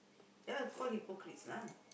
yeah call hypocrites lah